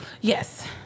Yes